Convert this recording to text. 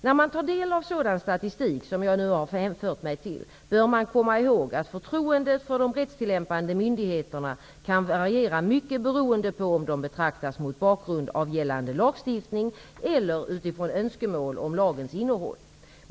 När man tar del av sådan statistik som jag nu har hänvisat till bör man komma ihåg att förtroendet för de rättstillämpande myndigheterna kan variera mycket beroende på om det betraktas mot bakgrund av gällande lagstiftning eller utifrån önskemål om lagens innehåll.